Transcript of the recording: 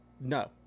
No